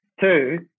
two